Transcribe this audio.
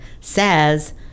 says